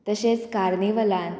तशेंच कार्निवलान